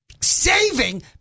Saving